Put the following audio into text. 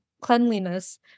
cleanliness